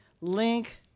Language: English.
link